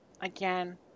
again